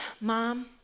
Mom